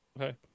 Okay